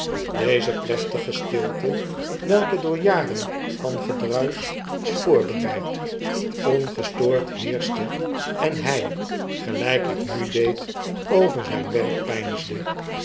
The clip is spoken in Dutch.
deze plechtige stilte welke door jaren van gedruisch was voorbereid ongestoord heerschte en hy gelyk ik nudeed overzijn werkpeinsde